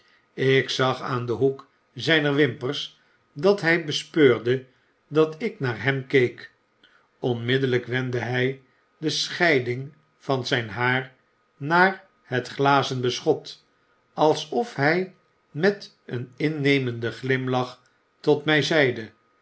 ik zag aan den hoek zyner wimpers dp t hy bespeurde dat ik naar hem keek onmiddellyk wendde hy de scheiding van zyn haar naar het glazen beschot alsof hy met eeninnemenden glimlach tot my zeide